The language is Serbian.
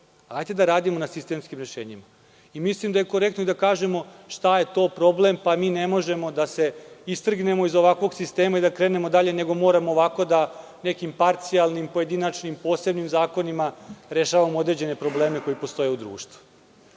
Hajde da radimo na sistemskim rešenjima. Mislim da je korektno da kažemo šta je to problem, pa mi ne možemo da se istrgnemo iz ovakvog sistema i da krenemo dalje, nego moramo nekim parcijalnim, pojedinačnim, posebnim zakonima rešavamo određene probleme koji postoje u